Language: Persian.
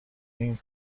این